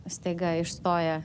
staiga išstoja